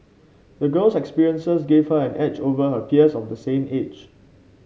the girl's experiences gave her an edge over her peers of the same age